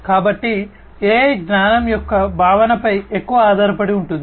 కాబట్టి AI జ్ఞానం యొక్క భావనపై ఎక్కువగా ఆధారపడి ఉంటుంది